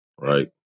Right